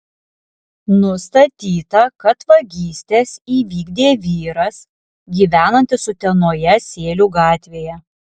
nustatyta kad vagystes įvykdė vyras gyvenantis utenoje sėlių gatvėje